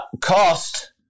cost